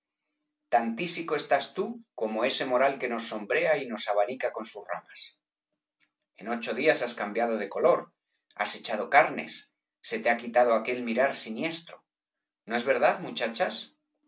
tan tísico estás tú como ese moral que nos sombrea y nos abanica con sus ramas en ocho días has cambiado de color has echado carnes se te ha quitado aquel mirar siniestro no es verdad muchachas